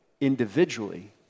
individually